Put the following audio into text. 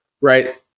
right